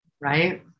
right